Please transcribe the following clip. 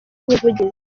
ubuvugizi